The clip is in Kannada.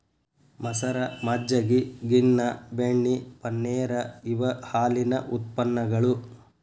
ಮಸರ, ಮಜ್ಜಗಿ, ಗಿನ್ನಾ, ಬೆಣ್ಣಿ, ಪನ್ನೇರ ಇವ ಹಾಲಿನ ಉತ್ಪನ್ನಗಳು